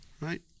right